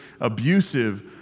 abusive